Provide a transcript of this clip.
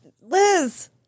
Liz